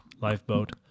lifeboat